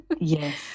Yes